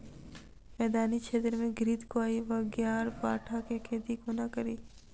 मैदानी क्षेत्र मे घृतक्वाइर वा ग्यारपाठा केँ खेती कोना कड़ी?